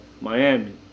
Miami